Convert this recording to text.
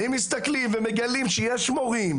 אם מסתכלים ומגלים שיש מורים,